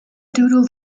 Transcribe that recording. doodle